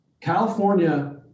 California